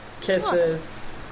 kisses